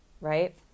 right